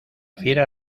fiera